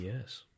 Yes